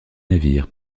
navire